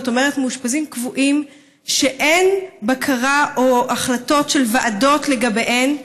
זאת אומרת מאושפזים קבועים שאין בקרה או החלטות של ועדה לגביהן,